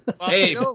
Hey